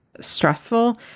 stressful